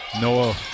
Noah